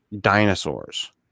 dinosaurs